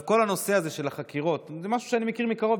כל הנושא הזה של החקירות הוא משהו שאני מכיר מקרוב,